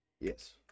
Yes